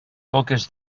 coques